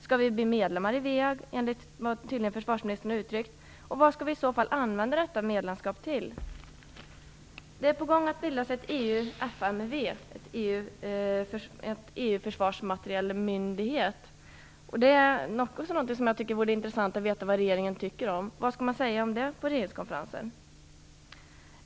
Skall vi bli medlemmar i WEAG, och vad skall vi i så fall använda medlemskapet till? Det är på gång att bildas ett EU-FMV, en gemensam försvarsmaterielmyndighet. Vad tycker regeringen om detta? Det vore intressant att höra. Vad skall man säga om det på regeringskonferensen?